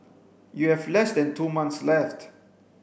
you have less than two months left